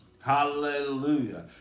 hallelujah